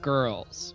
Girls